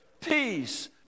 peace